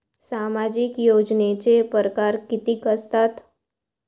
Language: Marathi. सामाजिक योजनेचे परकार कितीक असतात?